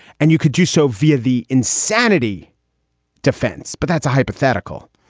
and you could do so via the insanity defense. but that's a hypothetical,